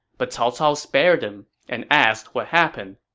but cao cao spared him and asked what happened